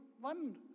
one